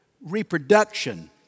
reproduction